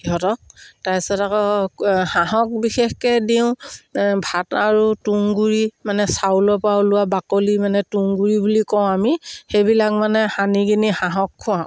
সিহঁতক তাৰপিছত আকৌ হাঁহক বিশেষকে দিওঁ ভাত আৰু তুংগুৰি মানে চাউলৰ পা ওলোৱা বাকলি মানে তুংগুৰি বুলি কওঁ আমি সেইবিলাক মানে সানি কিনি হাঁহক খোৱাওঁ